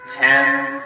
Ten